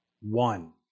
One